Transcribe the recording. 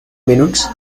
minutes